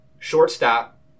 Shortstop